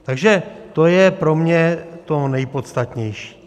Takže to je pro mě to nejpodstatnější.